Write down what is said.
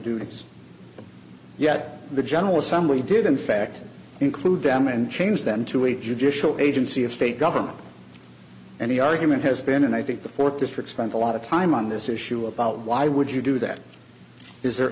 and yet the general assembly did in fact include them and change them to a judicial agency of state government and the argument has been and i think the fourth district spent a lot of time on this issue about why would you do that is there